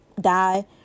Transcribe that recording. Die